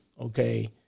okay